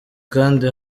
kandi